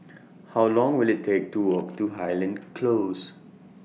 How Long Will IT Take to Walk to Highland Close